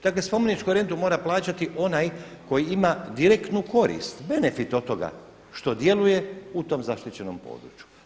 Dakle, spomeničku rentu mora plaćati onaj koji ima direktnu korist, benefit od toga što djeluje u tom zaštićenom području.